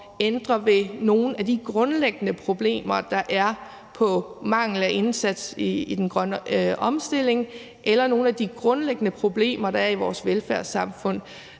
ændre ved nogen af de grundlæggende problemer, der er i forhold til mangel på indsats i forbindelse med den grønne omstilling, eller nogen af de grundlæggende problemer, der er i vores velfærdssamfund.